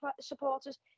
supporters